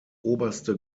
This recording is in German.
oberste